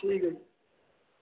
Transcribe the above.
ਠੀਕ ਹੈ ਜੀ